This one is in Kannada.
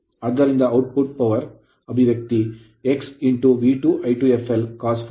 ಆದ್ದರಿಂದ output power ಶಕ್ತಿಗಾಗಿ ಅಭಿವ್ಯಕ್ತಿ X V2 I2 fl cos ∅2